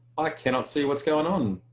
i cannot see what's going on.